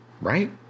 right